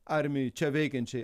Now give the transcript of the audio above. armijai čia veikiančiai